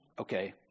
Okay